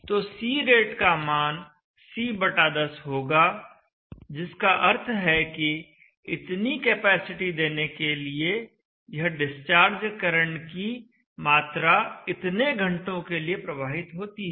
तो C rate का मान C10 होगा जिसका अर्थ है कि इतनी कैपेसिटी देने के लिए यह डिस्चार्ज करंट की मात्रा इतने घंटों के लिए प्रवाहित होती है